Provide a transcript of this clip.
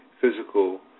physical